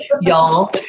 y'all